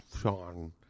Sean